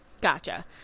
gotcha